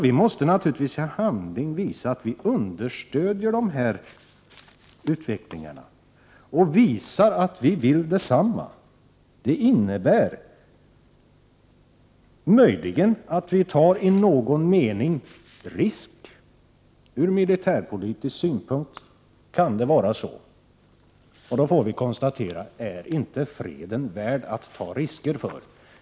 Vi måste naturligtvis i handling visa att vi stöder denna utveckling, och visa att vi vill arbeta för samma sak. Det innebär Prot. 1988/89:121 möjligen att vi i någon mening tar en risk. Det kan från militärpolitisk synpunkt förhålla sig så. Men är det inte värt att ta risker för freden?